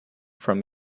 from